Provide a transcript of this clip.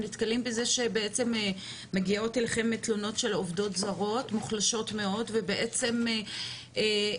שבעצם מגיעות אליכם מתלוננות של עבודות זרות מוחלשות מאוד ובעצם שומטות,